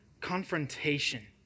confrontation